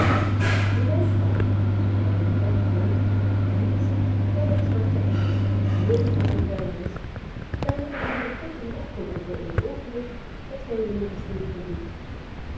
benijdbaar zoo gij op een gracht woont en niets ziet dan het zwarte ijs met hoopen asch en vuilnis daar tot uw verkwikking op geworpen in het oogenblik dat gij uwe legerstede verliet